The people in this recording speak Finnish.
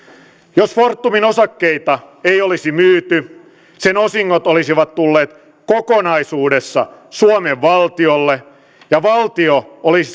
jos fortumin osakkeita ei olisi myyty sen osingot olisivat tulleet kokonaisuudessaan suomen valtiolle ja valtio olisi